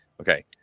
Okay